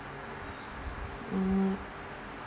mm